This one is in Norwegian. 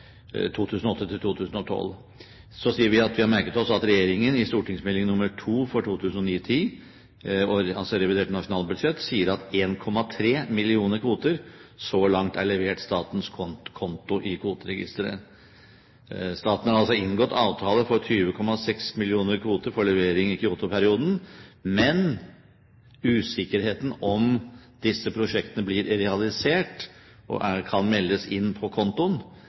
Så sier vi at vi har merket oss at regjeringen i Meld. St. 2 for 2009–2010, altså revidert nasjonalbudsjett, sier at 1,3 millioner kvoter så langt er levert statens konto i kvoteregisteret. Staten har inngått avtale for 20,6 millioner kvoter for levering i Kyoto-perioden, men det er usikkerheten om disse prosjektene blir realisert og kan meldes inn på kontoen,